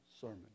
sermon